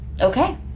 Okay